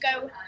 go